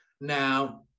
Now